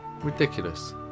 Ridiculous